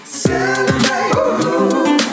celebrate